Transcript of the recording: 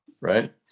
right